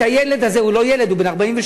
את הילד הזה, הוא לא ילד, הוא בן 43,